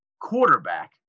quarterback